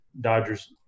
Dodgers